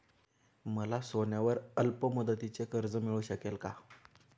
मला सोन्यावर अल्पमुदतीचे कर्ज मिळू शकेल का?